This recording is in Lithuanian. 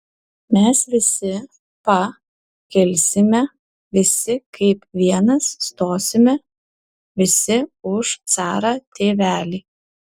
mes visi pa kilsime visi kaip vienas stosime visi už carą tėvelį